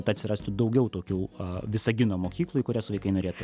atsirastų daugiau tokių o visagino mokykloje kurias vaikai norėtų